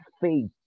faith